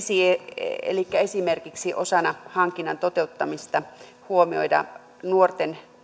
elikkä esimerkiksi osana hankinnan toteuttamista huomioida nuorten tai